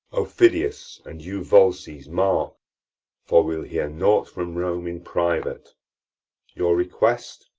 aufidius, and you volsces, mark for we'll hear nought from rome in private your request?